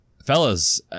Fellas